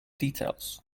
details